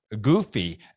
goofy